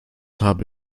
habe